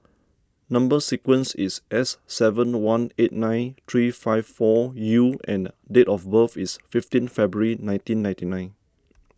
Number Sequence is S seven one eight nine three five four U and date of birth is fifteen February nineteen ninety nine